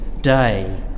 Day